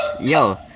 Yo